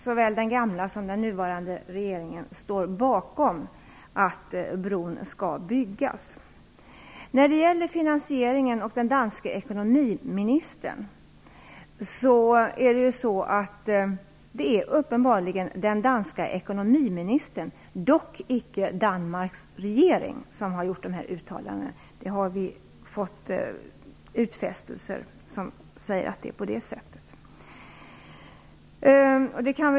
Såväl den gamla som den nya regeringen står bakom byggandet av bron. När det gäller finansieringen och den danska ekonomiministern är det uppenbarligen han och inte den danska regeringen som står för dessa uttalanden. Det har vi fått bekräftelser på.